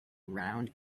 round